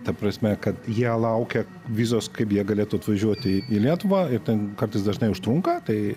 ta prasme kad jie laukia vizos kaip jie galėtų atvažiuoti į lietuvą ir ten kartais dažnai užtrunka tai